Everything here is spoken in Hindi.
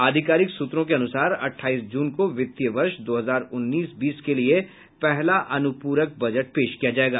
आधिकारिक सूत्रों के अनुसार अठाईस जून को वित्तीय वर्ष दो हजार उन्नीस बीस के लिए पहला अनुपूरक बजट पेश किया जायेगा